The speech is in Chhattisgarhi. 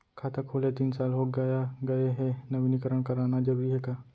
खाता खुले तीन साल हो गया गये हे नवीनीकरण कराना जरूरी हे का?